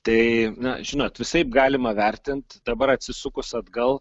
tai na žinot visaip galima vertint dabar atsisukus atgal